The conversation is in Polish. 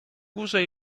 górze